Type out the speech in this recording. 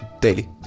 daily